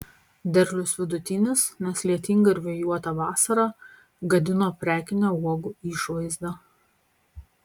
derlius vidutinis nes lietinga ir vėjuota vasara gadino prekinę uogų išvaizdą